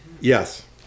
Yes